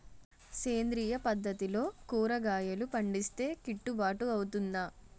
సేంద్రీయ పద్దతిలో కూరగాయలు పండిస్తే కిట్టుబాటు అవుతుందా?